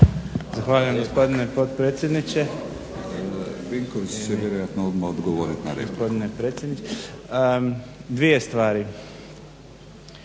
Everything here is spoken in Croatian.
Zahvaljujem gospodine potpredsjedniče, gospodine